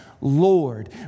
Lord